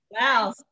Wow